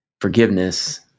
forgiveness